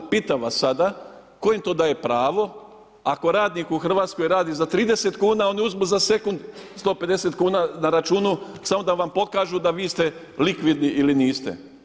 Pitam vas sada tko im to daje pravo ako radnik u Hrvatskoj radi za 30 kuna oni uzmu za sekunda 150 kuna na računu samo da vam pokažu da vi ste likvidni ili niste?